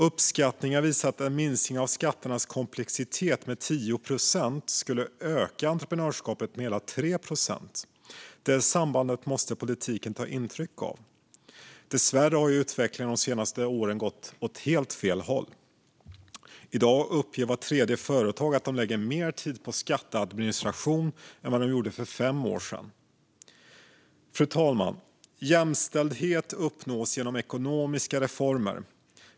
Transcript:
Uppskattningar visar att en minskning av skatternas komplexitet med 10 procent skulle öka entreprenörskapet med hela 3 procent. Det sambandet måste politiken ta intryck av. Dessvärre har utvecklingen de senaste åren gått åt helt fel håll. I dag uppger vart tredje företag att de lägger mer tid på skatteadministration än de gjorde för fem år sedan. Fru talman! Jämställdhet uppnås genom ekonomiska reformer.